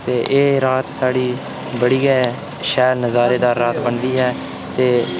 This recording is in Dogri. ते एह् रात साढ़ी बड़ी गै शैल नजारेदार रात बनदी ऐ ते